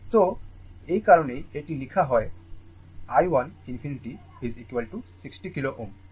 তো এই কারণেই এটি লেখা হয় i 1 ∞ 60 kilo Ω